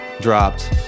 dropped